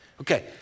Okay